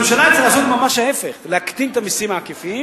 הממשלה היתה צריכה לעשות ממש ההיפך: להקטין את המסים העקיפים